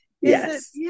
Yes